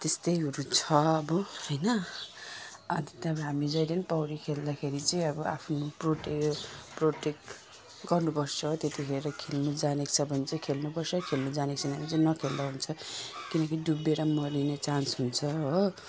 त्यस्ताहरू छ अब होइन अन्त त्यहाँबाट हामी जहिले पनि पौडी खेल्दाखेरि चाहिँ अब आफ्नो प्रट प्रोटेक्ट गर्नु पर्छ त्यतिखेर खेल्नु जानेको छ भने चाहिँ खेल्नु पर्छ खेल्ने जानेको छैन भने नखेल्दा हुन्छ किनकि डुबेर मरिने चान्स हुन्छ हो